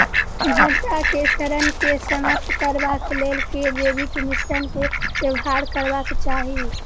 भंटा केँ सड़न केँ समाप्त करबाक लेल केँ जैविक मिश्रण केँ व्यवहार करबाक चाहि?